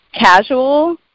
casual